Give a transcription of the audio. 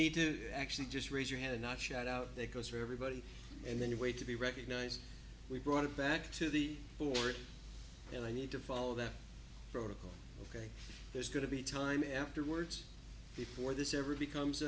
need to actually just raise your hand and not shout out goes for everybody and then you wait to be recognized we brought it back to the board and they need to follow that protocol ok there's going to be time afterwards before this ever becomes